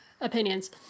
opinions